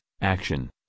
Action